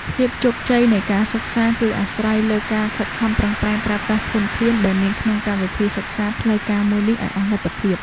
ភាពជោគជ័យនៃការសិក្សា គឺអាស្រ័យលើការខិតខំប្រឹងប្រែងប្រើប្រាស់ធនធានដែលមានក្នុងកម្មវិធីសិក្សាផ្លូវការមួយនេះឱ្យអស់លទ្ធភាព។